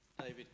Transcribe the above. David